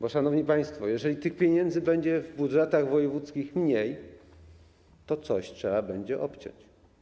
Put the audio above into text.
Bo, szanowni państwo, jeżeli tych pieniędzy będzie w budżetach wojewódzkich mniej, to coś trzeba będzie obciąć.